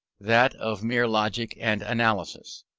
that of mere logic and analysis.